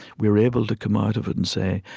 we are able to come out of it and say,